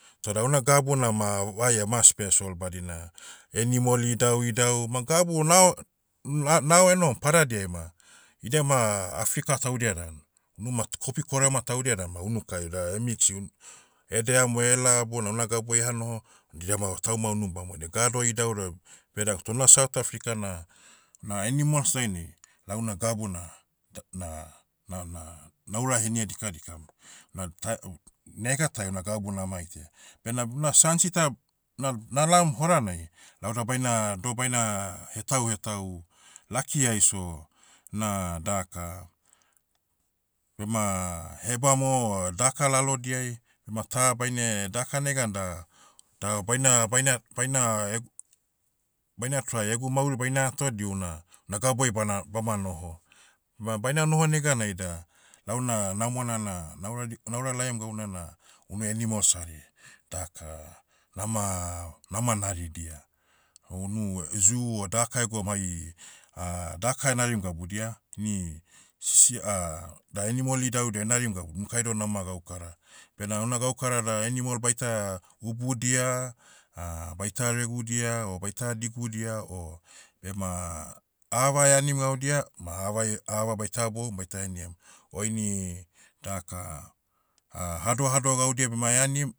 Toda ouna gabu na ma, vaia ma special badina, animal idauidau. Ma gabu nao- un- na- nao enohom padadiai ma, idia ma, africa taudia dan. Unu matu kopi korema taudia dan ma unukai da emixi un- edeamo ela bona una gabuai eha noho, diama tauma unubamodia. Gado idauda, beda toh na south africa na- na animals dainai, lau una gabu na, da- na- nana- naura henia dikadikam. Na ta- uh- negatai una gabu nama itaia. Bena buna sansita, na- nalaom horanai, lauda baina- doh baina, hetau hetau. Lakiai so, na, daka, bema, hebamo, o daka lalodiai, bema ta baine, daka negan da- da baina- baina- baina- eg- baina try egu mauri baina atoa diho una- una gabuai bana- bama noho. Ma baina noho neganai da, launa na namona na, naura di- nauralaiam gauna na, unu animals hari, daka, nama- nama naridia. Hounu, zoo o daka egoum hai, daka enarim gabudia, ini, sisi- da animal idauida enarim gabun, unukai doh nama gaukara. Bena ona gaukara da animal baita, ubudia, baita regudia o baita digudia o, bema, ava eanim gaudia, ma aveae- ava baita haboum baita heniam. O ini, daka, hadohado gaudia bema eanim,